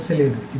సమస్య లేదు